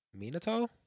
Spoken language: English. Minato